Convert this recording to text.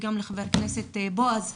וגם לחבר הכנסת בועז,